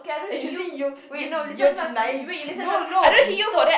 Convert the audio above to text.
eh you see you you you're denying no no